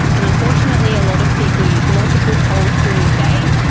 and unfortunately a lot of people use multiple tolls during the day,